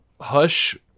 Hush